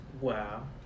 Wow